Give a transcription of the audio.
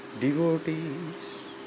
devotees